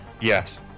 Yes